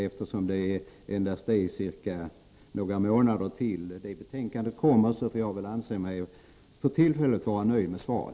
Eftersom det endast är några månader tills dess betänkande kommer, får jag väl för tillfället anse mig vara nöjd med svaret.